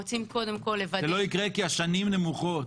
זה לא יקרה כי השנים נמוכות.